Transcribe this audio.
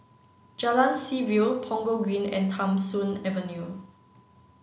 Jalan Seaview Punggol Green and Tham Soong Avenue